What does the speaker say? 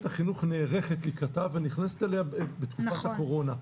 החינוך נערכת לקראתה ונכנסת אליה בתקופת הקורונה.